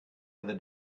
other